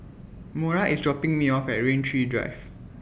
Mora IS dropping Me off At Rain Tree Drive